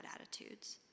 attitudes